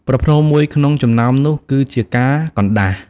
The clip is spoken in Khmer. ប្រផ្នូលមួយក្នុងចំណោមនោះគឺជាការកណ្ដាស់។